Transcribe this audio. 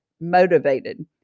motivated